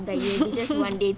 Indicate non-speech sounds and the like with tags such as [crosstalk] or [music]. [laughs]